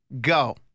Go